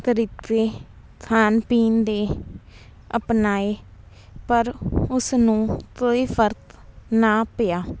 ਤਰੀਕੇ ਖਾਣ ਪੀਣ ਦੇ ਅਪਣਾਏ ਪਰ ਉਸ ਨੂੰ ਕੋਈ ਫ਼ਰਕ ਨਾ ਪਿਆ